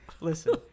listen